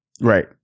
Right